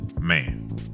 man